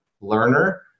learner